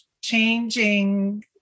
changing